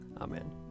Amen